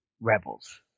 Rebels